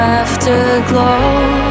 afterglow